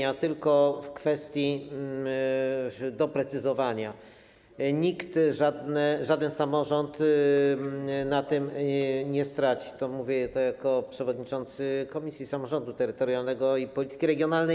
Ja tylko w kwestii doprecyzowania: nikt, żaden samorząd na tym nie straci, mówię to jako przewodniczący Komisji Samorządu Terytorialnego i Polityki Regionalnej.